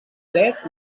dret